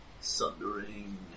Sundering